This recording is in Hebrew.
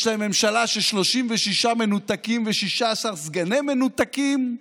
יש להם ממשלה של 36 מנותקים ו-16 סגני מנותקים,